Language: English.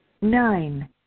Nine